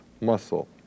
muscle